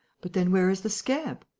but then where is the scamp?